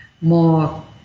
more